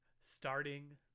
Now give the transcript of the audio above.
starting